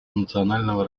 национального